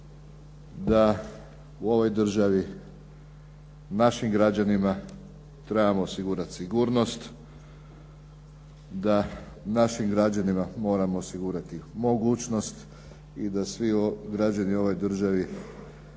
da u ovoj državi našim građanima trebamo osigurati sigurnost, da našim građanima moramo osigurati mogućnost i da svi građani u ovoj državi